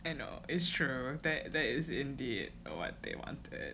you know it's true there that is indeed um what they wanted